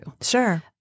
Sure